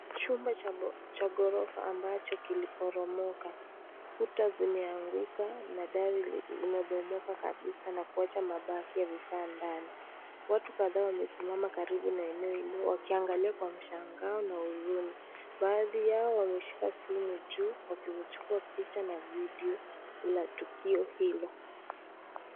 Chumba cha ghorofa ambacho kiliporomoka. Kuta zimeanguka, na (CS)dari(CS) limebomoka kabisa na kuwacha mabaki ya vifaa ndani. Watu kadhaa wamesimama karibu na eneo hilo wakiangalia kwa mshangao na huzuni. Baadhi yao wamishika simu juu, wakixichukua picha na video la tukio hilo.